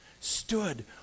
stood